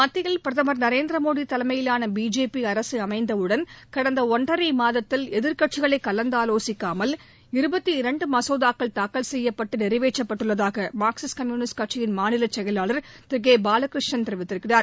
மத்தியில் பிரதமர் திரு நரேந்திர மோடி தலைமையிலான பிஜேபி அரசு அமைந்தவுடன் கடந்த ஒன்றரை மாதத்தில் எதிர்க்கட்சிகளை கலந்து ஆலோசிக்காமல் இருபத்து இரண்டு மசோதாக்கள் தாக்கல் செய்யப்பட்டு நிறைவேற்றப்பட்டுள்ளதாக மார்க்சிஸ்ட் கம்யூனிஸ்ட் கட்சியின் மாநிலச் செயலாளர் திரு கே பாலகிருஷ்ணன் கூறியிருக்கிறார்